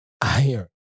iron